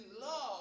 love